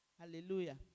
Hallelujah